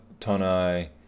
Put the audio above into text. Tonai